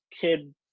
kid